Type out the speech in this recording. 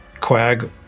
quag